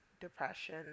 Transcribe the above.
depression